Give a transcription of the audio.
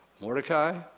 Mordecai